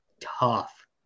tough